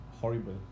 horrible